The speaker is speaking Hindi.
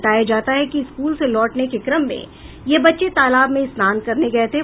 बताया जाता है कि स्कूल से लौटने के क्रम में यह बच्चे तालाब में स्नान करने गये थे